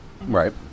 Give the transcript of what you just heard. Right